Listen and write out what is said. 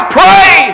pray